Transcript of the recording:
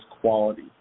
quality